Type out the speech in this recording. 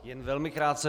Jen velmi krátce.